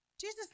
Jesus